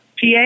PA